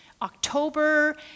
October